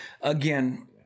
again